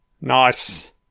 Nice